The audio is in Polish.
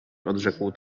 odrzekł